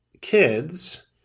kids